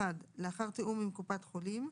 (1)ולאחר תיאום עם קופות החולים,